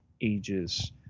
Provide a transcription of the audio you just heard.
ages